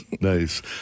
Nice